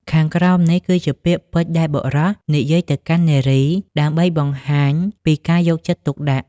ខាងក្រោមនេះគឺជាពាក្យពេចន៍៍ដែលបុរសនិយាយទៅកាន់នារី ដើម្បីបង្ហាញពីការយកចិត្តទុក្ខដាក់។